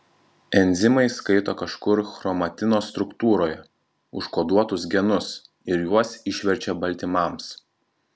enzimai skaito kažkur chromatino struktūroje užkoduotus genus ir juos išverčia baltymams